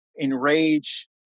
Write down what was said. enrage